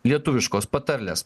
lietuviškos patarlės